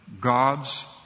God's